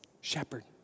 shepherd